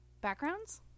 backgrounds